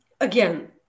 again